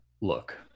Look